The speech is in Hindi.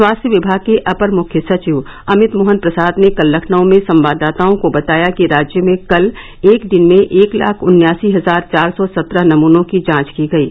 स्वास्थ्य विभाग के अपर मुख्य सचिव अनित मोहन प्रसाद ने कल लखनऊ में सवाददाताओं को बताया कि राज्य में कल एक दिन में एक लाख उन्यासी हजार चार सौ सत्रह नमूनों की जांच की गयी